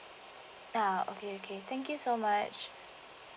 ah okay okay thank you so much